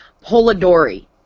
Polidori